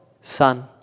Son